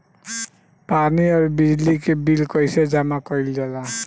पानी और बिजली के बिल कइसे जमा कइल जाला?